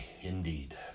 Indeed